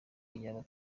iyaba